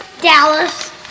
Dallas